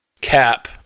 Cap